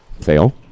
Fail